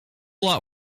lot